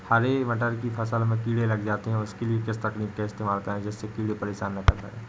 हरे मटर की फसल में कीड़े लग जाते हैं उसके लिए किस तकनीक का इस्तेमाल करें जिससे कीड़े परेशान ना कर सके?